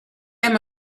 might